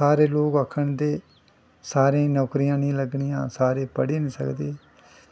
सारे लोग आक्खन ते सारें दी नौकरियां निं लग्गनियां सारे पढ़ी निं सकदे